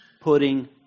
putting